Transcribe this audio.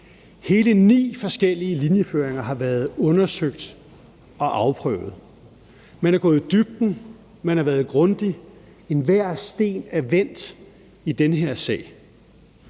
Hele ni forskellige linjeføringer har været undersøgt og afprøvet. Man er gået i dybden, man har været grundig, enhver sten er vendt i den her sag.